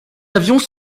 avions